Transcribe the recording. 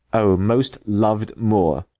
o most loved moor!